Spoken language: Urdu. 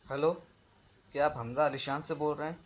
ہیلو کیا آپ حمزہ علیشان سے بول رہے ہیں